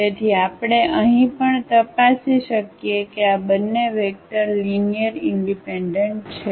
તેથી આપણે અહીં પણ તપાસી શકીએ કે આ બંને વેક્ટર લીનીઅરઇનડિપેન્ડન્ટ છે